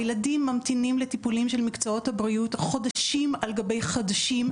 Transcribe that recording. הילדים ממתינים לטיפולים של מקצועות הבריאות חודשים על גבי חודשים,